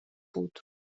بود